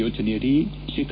ಯೋಜನೆಯಡಿ ಶೇ